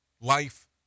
life